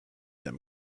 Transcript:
them